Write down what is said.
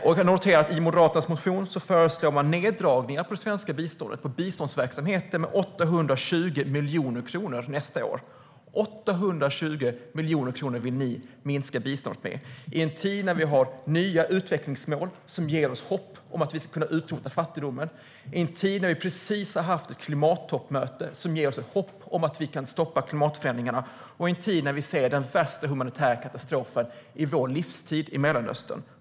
Jag kan notera att man i Moderaternas motion föreslår neddragningar på den svenska biståndsverksamheten med 820 miljoner kronor nästa år. 820 miljoner kronor vill ni minska biståndet med, i en tid när vi har nya utvecklingsmål som ger oss hopp om att kunna utrota fattigdomen, i en tid när vi precis har haft ett klimattoppmöte som ger oss hopp om att kunna stoppa klimatförändringarna, i en tid när vi ser den värsta humanitära katastrofen i vår livstid i Mellanöstern.